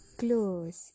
close